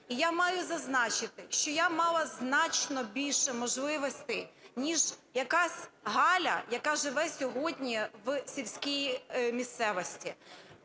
і я маю зазначити, що я мала значно більше можливостей, ніж якась Галя, яка живе сьогодні в сільській місцевості.